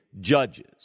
judges